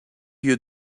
you